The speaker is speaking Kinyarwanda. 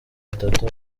batatu